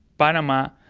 panama,